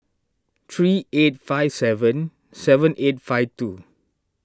three eight five seven seven eight five two